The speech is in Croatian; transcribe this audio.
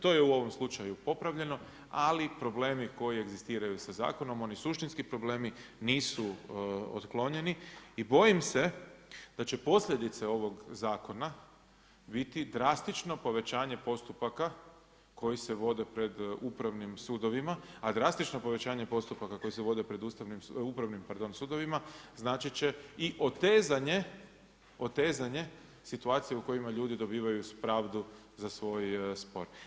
To je u ovom slučaju popravljeno, ali problemi koji egzistiraju sa zakonom, oni suštinski problemi, nisu otklonjeni i bojim se da će posljedice ovog zakona biti drastično povećanje postupaka koji se vode pred upravnim sudovima, a drastično povećanje postupaka koji se vode pred upravnim sudovima značit će otezanje situacije u kojima ljudi dobivaju pravdu za svoj spor.